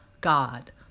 God